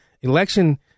election